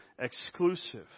exclusive